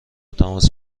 تماس